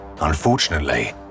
Unfortunately